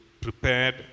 prepared